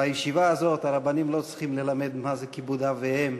בישיבה הזאת הרבנים לא צריכים ללמד מה זה כיבוד אב ואם